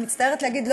אני מצטערת להגיד,